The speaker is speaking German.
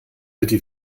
bitte